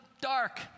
dark